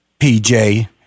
PJ